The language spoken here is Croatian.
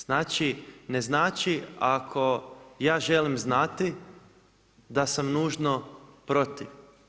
Znači, ne znači ako ja želim znati da sam nužno protiv.